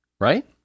right